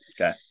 okay